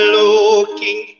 looking